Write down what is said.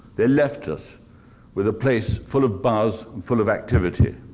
they left us with a place full of buzz and full of activity.